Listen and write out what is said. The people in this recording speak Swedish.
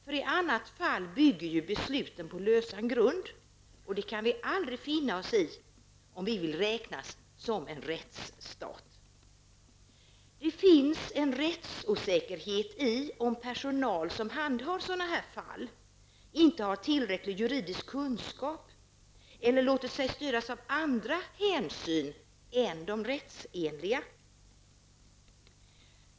För i annat fall bygger ju besluten på lösan grund, och det kan vi aldrig finna oss i om vi vill räknas som en rättsstat. Det finns en rättsosäkerhet i om personalen som handhar sådana här fall inte har tillräckliga juridiska kunskaper eller låter sig styras av andra hänsyn än de rättsenliga.